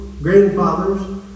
grandfathers